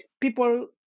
People